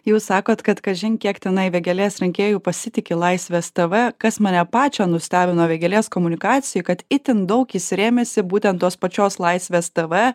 jūs sakot kad kažin kiek tenai vėgėlės rinkėjų pasitiki laisvės tv kas mane pačią nustebino vėgėlės komunikacijoj kad itin daug jis rėmėsi būtent tos pačios laisvės tv